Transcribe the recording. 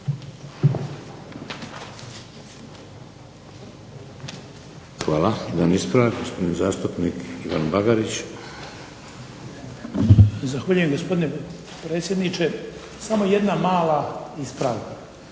Hvala. Jedan ispravak gospodin zastupnik Ivan BAgarić. **Bagarić, Ivan (HDZ)** Zahvaljujem gospodine predsjedniče, samo jedna mala ispravka.